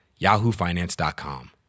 yahoofinance.com